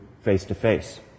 face-to-face